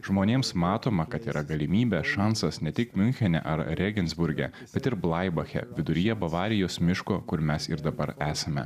žmonėms matoma kad yra galimybė šansas ne tik miunchene ar rėgensburge bet ir blaibache viduryje bavarijos miško kur mes ir dabar esame